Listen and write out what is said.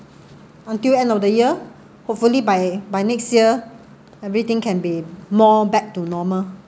until end of the year hopefully by by next year everything can be more back to normal